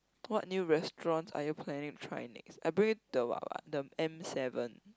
what new restaurants are you planning to try next I bring you to the what what the M seven